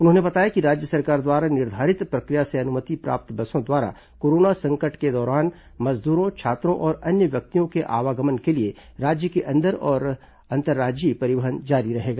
उन्होंने बताया कि राज्य सरकार द्वारा निर्धारित प्रक्रिया से अनुमति प्राप्त बसों द्वारा कोरोना संकट के दौरान मजदूरों छात्रों और अन्य व्यक्तियों के आवागमन के लिए राज्य के अंदर और अंतर्राज्यीय परिवहन जारी रहेगा